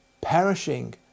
perishing